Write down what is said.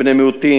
בני מיעוטים,